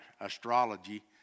astrology